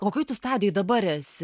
kokioj tu stadijoj dabar esi